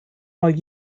mal